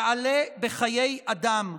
מציאות זו תעלה בחיי אדם,